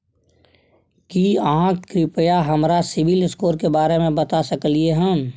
की आहाँ कृपया हमरा सिबिल स्कोर के बारे में बता सकलियै हन?